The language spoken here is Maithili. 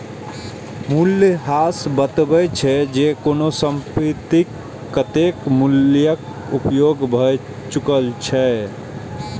मूल्यह्रास बतबै छै, जे कोनो संपत्तिक कतेक मूल्यक उपयोग भए चुकल छै